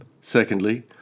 Secondly